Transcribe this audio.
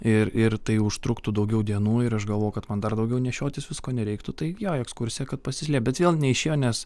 ir ir tai užtruktų daugiau dienų ir aš galvoju kad man dar daugiau nešiotis visko nereiktų tai jo ekskursija kad pasislėpt bet vėl neišėjo nes